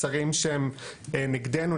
מסרים שהם נגדנו,